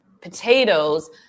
potatoes